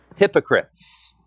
Hypocrites